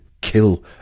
kill